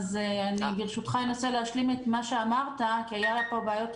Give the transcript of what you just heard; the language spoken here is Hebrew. אז ברשותך אני אנסה להשלים כי היו בעיות תקשורת.